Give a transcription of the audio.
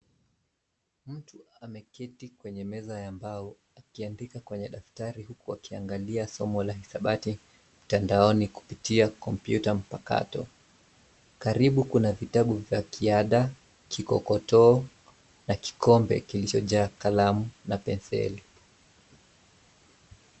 Mtu ameketi kwenye meza ya mbao akiandika kwenye daftari huku akiangalia somo la hisabati mtandaoni kupitia kompyuta mpakato. Karibu kuna vitabu vya kiada, kikokotoo na kikombe kilichojaa kalamu na penseli.